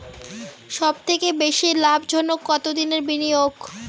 সবথেকে বেশি লাভজনক কতদিনের বিনিয়োগ?